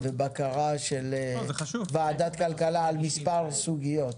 ובקרה של ועדת הכלכלה במספר סוגיות.